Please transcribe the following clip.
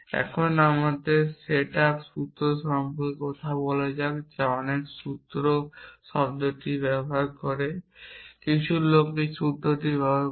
এখন আমাদের set up সূত্র সম্পর্কে কথা বলা যাক অনেকে সূত্র শব্দটি ব্যবহার করে কিছু লোক সূত্র শব্দটি ব্যবহার করে